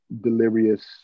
Delirious